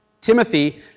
Timothy